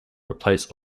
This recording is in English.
replaced